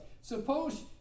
Suppose